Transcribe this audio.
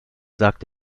sagt